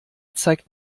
zeigt